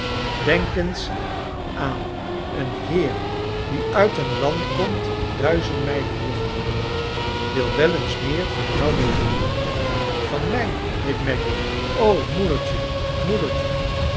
denk eens aan een heer die uit een land komt duizend mijlen hier vandaan wil wel eens meer van jou weteh van mijr riep maggy o moedertje